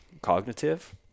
cognitive